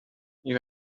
you